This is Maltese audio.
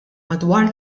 madwar